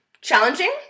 challenging